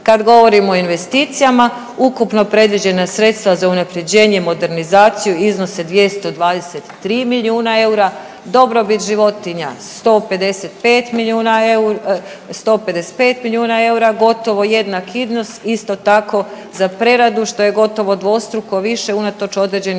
Kad govorimo o investicijama ukupno predviđena sredstva za unaprjeđenje i modernizaciju iznose 223 milijuna eura, dobrobit životinja 155 milijuna, 155 milijuna eura, gotovo jednak iznos, isto tako za preradu što je gotovo dvostruko više unatoč određenim